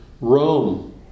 Rome